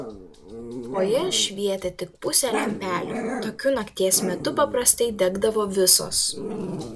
fojė švietė tik pusė lempelių tokiu nakties metu paprastai degdavo visos